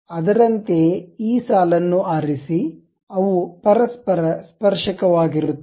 ಅದರಂತೆಯೇಈ ಸಾಲನ್ನು ಆರಿಸಿ ಅವು ಪರಸ್ಪರ ಸ್ಪರ್ಶಕವಾಗಿರುತ್ತವೆ